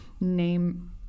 Name